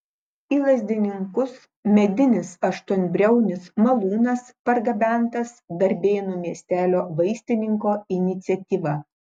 į lazdininkus medinis aštuonbriaunis malūnas pargabentas darbėnų miestelio vaistininko iniciatyva